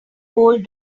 old